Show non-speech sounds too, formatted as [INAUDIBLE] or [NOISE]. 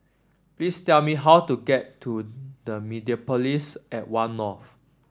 please tell me how to get to [UNINTELLIGIBLE] Mediapolis at One North